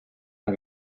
and